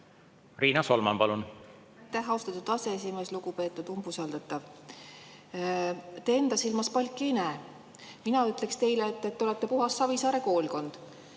Riina Solman, palun! Aitäh, austatud aseesimees! Lugupeetud umbusaldatav! Te enda silmas palki ei näe. Mina ütleksin teile, et te olete puhas Savisaare koolkond.